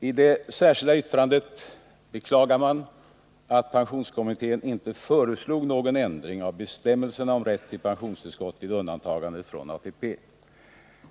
I det särskilda yttrandet beklagar man att pensionskommittén inte föreslog någon ändring av bestämmelserna om rätt till pensionstillskott vid undantagande från ATP.